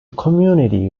community